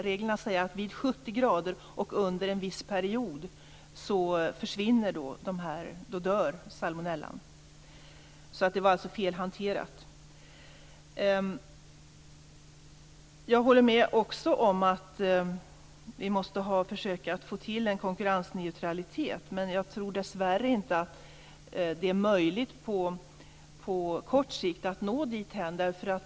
Reglerna säger att salmonellabakterierna dör om köttet värms till 70 grader under en viss tid. Det var alltså fel hanterat. Jag håller också med om att vi måste försöka skapa konkurrensneutralitet. Men jag tror dessvärre inte att det är möjligt att på kort sikt nå dithän.